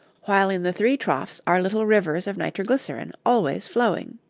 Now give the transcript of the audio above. while in the three troughs are little rivers of nitroglycerin always flowing.